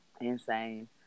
Insane